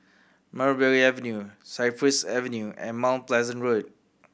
Mulberry Avenue Cypress Avenue and Mount Pleasant Road